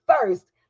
first